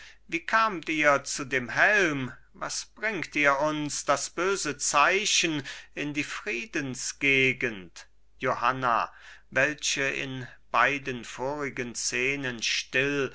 wie kamt ihr zu dem helm was bringt ihr uns das böse zeichen in die friedensgegend johanna welche in beiden vorigen szenen still